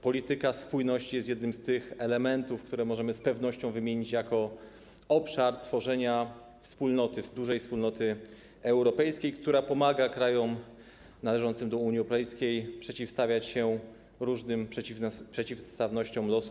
Polityka spójności jest jednym z tych elementów, które możemy z pewnością wymienić jako obszar tworzenia wspólnoty, dużej wspólnoty europejskiej, która pomaga krajom należącym do Unii Europejskiej przeciwstawiać się różnym przeciwnościom losu.